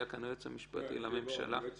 היה כאן היועץ המשפטי לממשלה --- היועץ